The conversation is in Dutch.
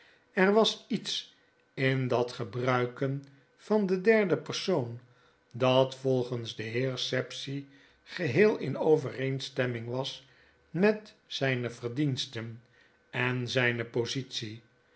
er was iets in dat gebruiken van den derden persoon dat volgens den heer sapsea geheel in overeenstemming was met zyneverdiensten en zijne positie